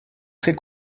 très